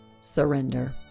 Surrender